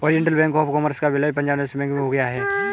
Oriental bank of commerce का विलय Punjab national bank में हो गया है